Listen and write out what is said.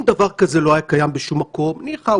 אם דבר כזה לא היה קיים בשום מקום, ניחא.